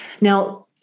Now